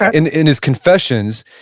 ah in in his confessions,